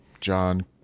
John